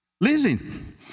Listen